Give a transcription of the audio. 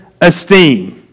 esteem